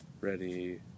ready